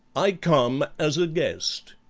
i come as a guest.